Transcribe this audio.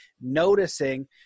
noticing